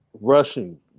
rushing